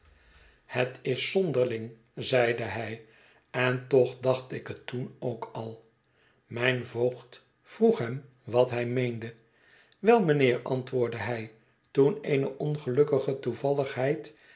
het is zonderling zeide hij en toch dacht ik het toen ook al mijn voogd vroeg hem wat hij meende wel mijnheer antwoordde hij toen eene ongelukkige toevalligheid